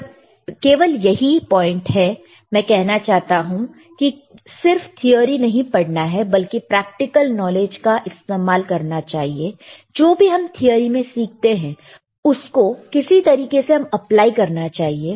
पर केवल यही पॉइंट मैं कहना चाहता हूं किस सिर्फ थिअरी नहीं पढ़ना है बल्कि प्रैक्टिकल नॉलेज का इस्तेमाल करना चाहिए जो भी हम थिअरी में सीखते हैं उसको किसी तरीके से हमें अप्लाई करना चाहिए